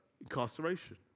incarceration